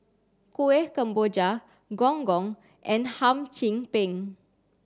Kueh Kemboja gong gong and Hum Chim Peng